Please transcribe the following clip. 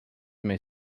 may